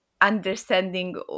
understanding